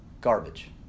garbage